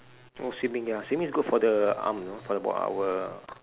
oh swimming ya swimming is good for the arm you know for the b~ our